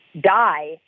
die